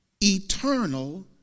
eternal